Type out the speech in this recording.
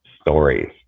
stories